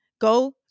go